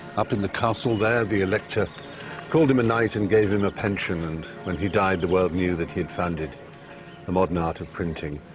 up in the castle there, the elector called him a knight and gave him a pension, and when he died, the world knew that he'd founded the modern art of printing.